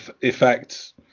effects